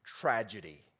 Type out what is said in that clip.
tragedy